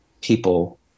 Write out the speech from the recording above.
people